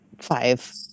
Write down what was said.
five